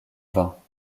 vins